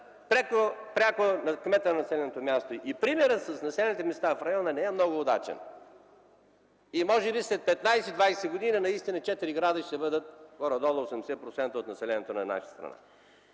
пряко кмета на населеното място. Примерът с населените места в района не е много удачен. Може би след 15-20 години наистина четири града ще бъдат горе-долу 80% от населението на нашата страна.